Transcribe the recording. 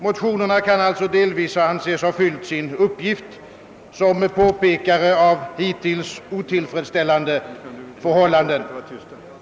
Motionerna kan alltså sägas delvis ha fyllt sin uppgift som påpekare av hittills otillfredsställande förhållanden.